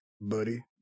buddy